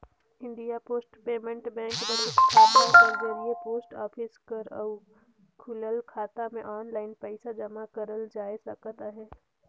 India Post Payment Bank बचत खाता कर जरिए पोस्ट ऑफिस कर अउ खुलल खाता में आनलाईन पइसा जमा करल जाए सकत अहे